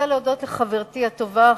אני רוצה להודות לחברתי הטובה,